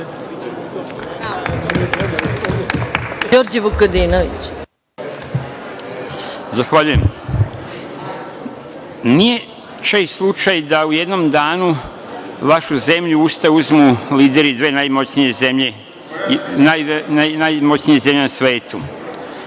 Zahvaljujem. Nije često slučaj da u jednom danu vašu zemlju u usta uzmu lideri dve najmoćnije zemlje na svetu.